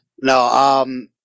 No